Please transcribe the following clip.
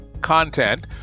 content